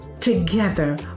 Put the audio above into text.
Together